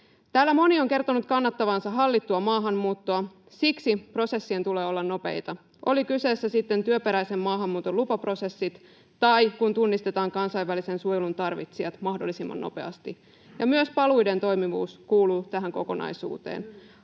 Täällä moni on kertonut kannattavansa hallittua maahanmuuttoa. Siksi prosessien tulee olla nopeita, olivat kyseessä sitten työperäisen maahanmuuton lupaprosessit tai se, että tunnistetaan kansainvälisen suojelun tarvitsijat mahdollisimman nopeasti. Myös paluiden toimivuus kuuluu tähän kokonaisuuteen.